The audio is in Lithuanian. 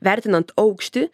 vertinant aukštį